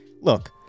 Look